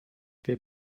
wer